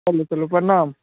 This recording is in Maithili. चलु चलु प्रणाम